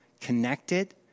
connected